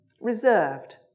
reserved